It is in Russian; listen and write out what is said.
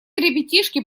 ребятишки